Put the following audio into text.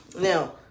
Now